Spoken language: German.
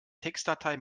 textdatei